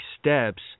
steps